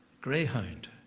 Greyhound